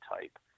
type